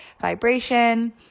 vibration